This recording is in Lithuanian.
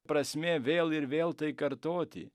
prasmė vėl ir vėl tai kartoti